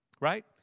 right